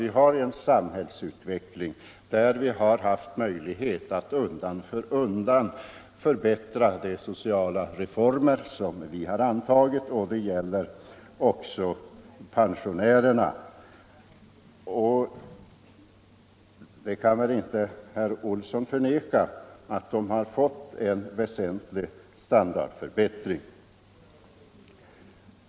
Vi har en samhällsutveckling där vi har haft möjligheter att undan för undan förbättra de sociala reformer som vi har antagit, och det gäller också pensionärerna. Vår förhoppning är att den utvecklingen kan fullföljas. Herr Olsson kan väl inte förneka att pensionärerna har fått en väsentlig standardförbättring.